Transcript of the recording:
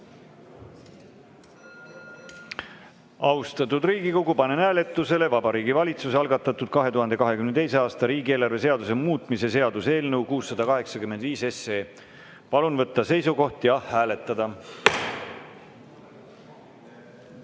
juurde. Austatud Riigikogu, panen hääletusele Vabariigi Valitsuse algatatud 2022. aasta riigieelarve seaduse muutmise seaduse eelnõu 685. Palun võtta seisukoht ja hääletada!